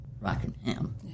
Rockingham